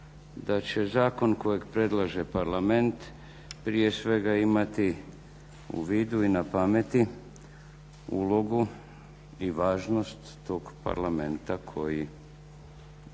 da će zakon kojeg predlaže Parlament prije svega imati u vidu i na pameti ulogu i važnost tog Parlamenta koji